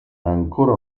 ancora